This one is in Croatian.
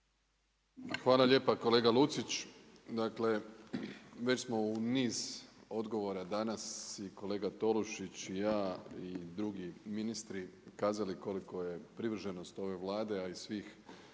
Hvala lijepa kolega Lucić. Dakle, već smo u niz odgovora danas i kolega Tolušić i ja i drugi ministri kazali koliko je privrženost ove Vlade, a i svih